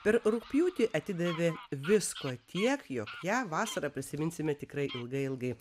ir rugpjūtį atidavė visko tiek jog ją vasarą prisiminsime tikrai ilgai ilgai